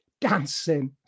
dancing